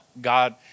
God